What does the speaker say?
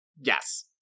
Yes